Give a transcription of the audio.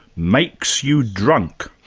makes you drunk.